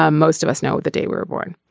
ah most of us know the day we were born.